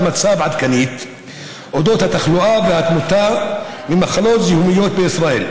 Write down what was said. מצב עדכנית על אודות התחלואה והתמותה ממחלות זיהומיות בישראל,